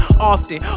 Often